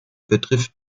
betrifft